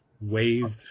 Waved